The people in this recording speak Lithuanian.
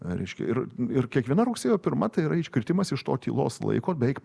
reiškia ir ir kiekviena rugsėjo pirma tai yra iškritimas iš to tylos laiko bei